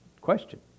question